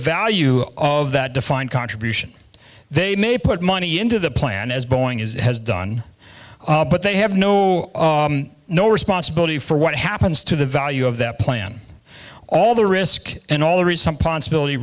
value of that defined contribution they may put money into the plan is going as it has done but they have no no responsibility for what happens to the value of that plan all the risk and all the recent ponse ability